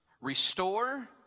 restore